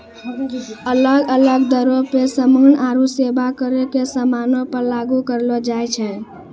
अलग अलग दरो पे समान आरु सेबा करो के समानो पे लागू करलो जाय छै